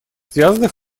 связанных